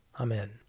Amen